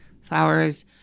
flowers